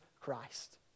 Christ